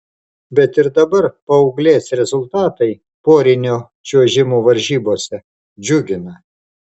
bet ir dabar paauglės rezultatai porinio čiuožimo varžybose džiugina